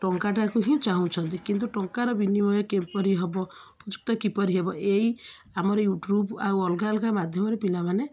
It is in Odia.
ଟଙ୍କାଟାକୁ ହିଁ ଚାହୁଁଛନ୍ତି କିନ୍ତୁ ଟଙ୍କାର ବିନିମୟ କିପରି ହେବ ଉପଯୁକ୍ତ କିପରି ହେବ ଏଇ ଆମର ୟୁଟୁବ୍ ଆଉ ଅଲଗା ଅଲଗା ମାଧ୍ୟମରେ ପିଲାମାନେ